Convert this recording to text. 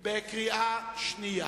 בקריאה שנייה.